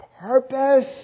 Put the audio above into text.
purpose